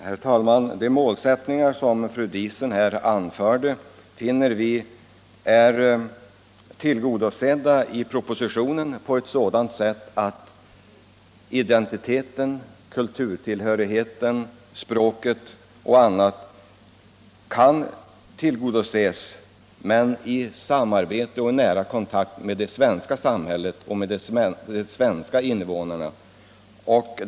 Herr talman! De målsättningar som fru Diesen här angav finner vi är beaktade i propositionen på ett sådant sätt att identiteten, kulturtill 31 hörigheten, språket och annat kan tillgodoses men i samarbete och nära kontakt med det svenska samhället och med de svenska invånarna.